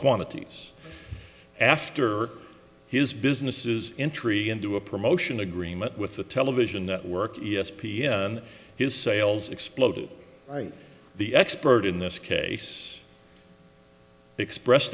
quantities after his businesses entry into a promotion agreement with the television network e s p n his sales exploded the expert in this case express